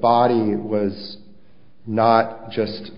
body was not just